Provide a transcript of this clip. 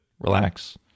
relax